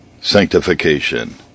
Sanctification